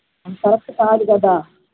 అది కరెక్ట్ కాదు కదా